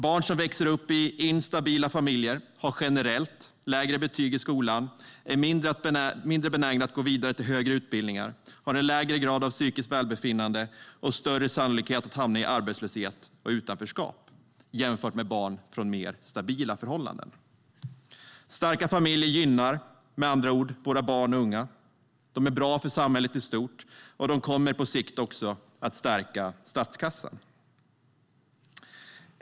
Barn som växer upp i instabila familjer har generellt lägre betyg i skolan, är mindre benägna att gå vidare till högre utbildningar och har lägre grad av psykiskt välbefinnande och större sannolikhet att hamna i arbetslöshet och utanförskap, jämfört med barn från mer stabila förhållanden. Starka familjer gynnar med andra ord våra barn och unga. De är bra för samhället i stort, och de kommer på sikt också att stärka statskassan.